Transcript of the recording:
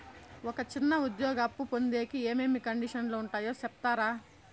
ఒక చిన్న ఉద్యోగి అప్పు పొందేకి ఏమేమి కండిషన్లు ఉంటాయో సెప్తారా?